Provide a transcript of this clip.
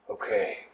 Okay